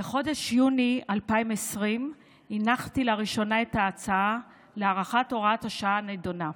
בחודש יוני 2020 הנחתי לראשונה את ההצעה להארכת הוראת השעה הנדונה.